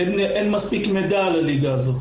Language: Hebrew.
אין מספיק מידע על הליגה הזאת.